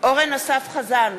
אורן אסף חזן,